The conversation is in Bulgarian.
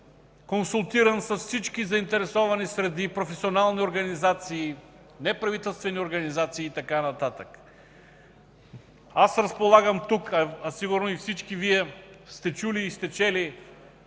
консултиран с всички заинтересовани среди и професионални организации, неправителствени организации и така нататък. Разполагам тук, а сигурно всички Вие сте чули и сте чели,